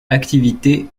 activité